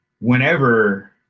whenever